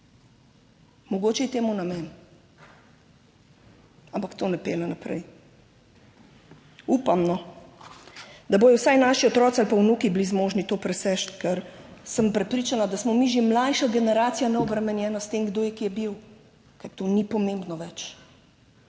Mogoče je temu namen, ampak to ne pelje naprej. Upam no, da bodo vsaj naši otroci ali pa vnuki bili zmožni to preseči, ker sem prepričana, da smo mi že mlajša generacija neobremenjena s tem, kdo je, ki je bil, ker to ni pomembno več,